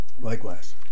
Likewise